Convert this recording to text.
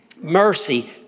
Mercy